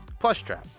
plushtrap.